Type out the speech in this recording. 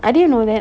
I didn't know that